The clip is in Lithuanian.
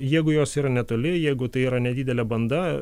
jeigu jos yra netoli jeigu tai yra nedidelė banda